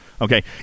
Okay